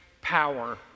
power